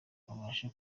babashe